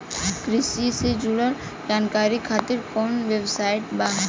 कृषि से जुड़ल जानकारी खातिर कोवन वेबसाइट बा?